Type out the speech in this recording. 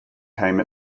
came